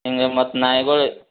ಹಿಂಗೆ ಮತ್ತು ನಾಯಿಗಳು